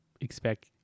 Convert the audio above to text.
expect